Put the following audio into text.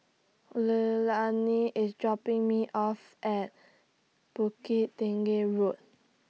Leilani IS dropping Me off At Bukit Tinggi Road